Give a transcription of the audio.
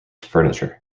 furniture